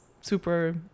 super